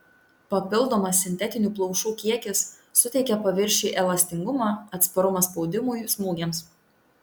papildomas sintetinių plaušų kiekis suteikia paviršiui elastingumą atsparumą spaudimui smūgiams